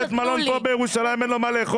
יש פה בית מלון בירושלים שאין לו מה לאכול.